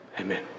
Amen